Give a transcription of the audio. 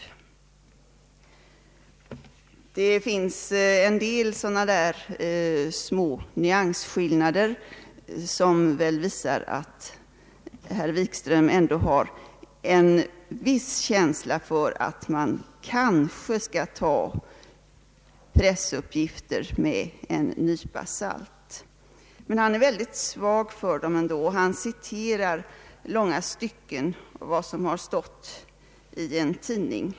Det är sådana små nyansskillnader som visar att herr Wikström ändå har en viss känsla för att man kanske skall ta pressuppgifter med en nypa salt. Men han är ändå väldigt svag för dem, och han citerar långa stycken av vad som stått i en tidning.